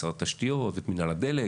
משרד התשתיות ואת מנהל הדלק.